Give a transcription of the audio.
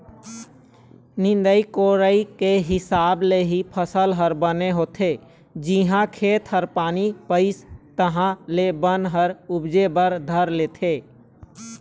निंदई कोड़ई के हिसाब ले ही फसल ह बने होथे, जिहाँ खेत ह पानी पइस तहाँ ले बन ह उपजे बर धर लेथे